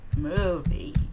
movie